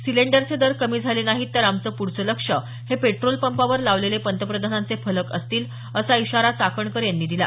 सिलिंडरचे दर कमी झाले नाहीत तर आमचं पुढचं लक्ष्य हे पेट्रोल पंपावर लावलेले पंतप्रधानांचे फलक असतील असा इशारा चाकणकर यांनी दिला